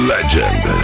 Legend